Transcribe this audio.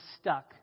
stuck